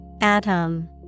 Atom